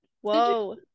Whoa